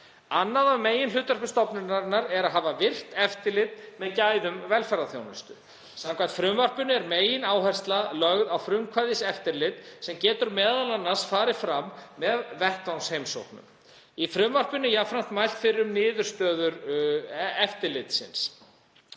Annað af meginhlutverkum stofnunarinnar er að hafa virkt eftirlit með gæðum velferðarþjónustu. Samkvæmt frumvarpinu er megináhersla lögð á frumkvæðiseftirlit sem getur m.a. farið fram með vettvangsheimsóknum. Í frumvarpinu er jafnframt mælt fyrir um niðurstöður eftirlitsins.